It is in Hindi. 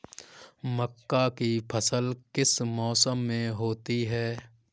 मक्का की फसल किस मौसम में होती है?